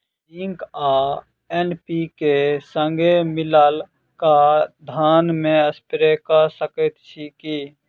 Zinc आ NPK, संगे मिलल कऽ धान मे स्प्रे कऽ सकैत छी की?